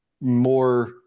more